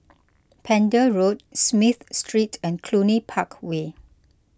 Pender Road Smith Street and Cluny Park Way